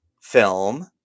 film